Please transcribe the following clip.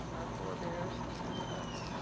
our forebears, and us,